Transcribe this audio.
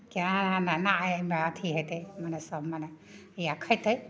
केहन एहिमे अथी हेतै मने सब मने या खएतै